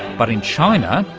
but in china,